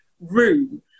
Room